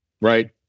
right